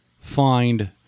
find